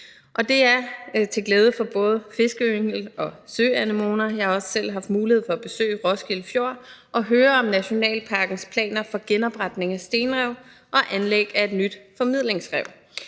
Og det er til glæde for både fiskeyngel og søanemoner. Jeg har også selv haft mulighed for at besøge Roskilde Fjord og høre om nationalparkens planer for genopretning af stenrev og anlæg af et nyt formidlingsrev.